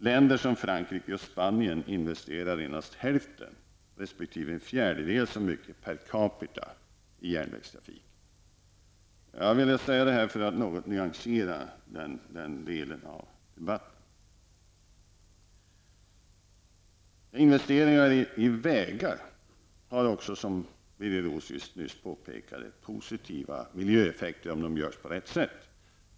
Länder som Frankrike och Spanien investerade endast hälften resp. en fjärdedel så mycket per capita i järnvägstrafiken. Jag har velat säga detta för att något nyansera den delen av debatten. Investeringar i vägar har också, som Birger Rosqvist nyss påpekade, positiva miljöeffekter, om de görs på rätt sätt.